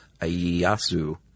Aiyasu